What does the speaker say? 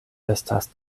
estas